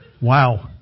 Wow